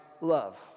love